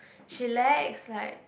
chillax like